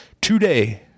today